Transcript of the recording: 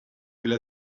will